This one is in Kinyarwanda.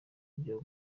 byo